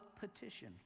petition